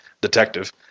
detective